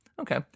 Okay